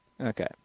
Okay